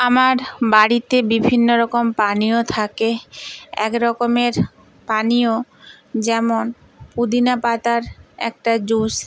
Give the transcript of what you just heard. আমার বাড়িতে বিভিন্ন রকম পানীয় থাকে এক রকমের পানীয় যেমন পুদিনা পাতার একটা জুস